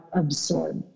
absorb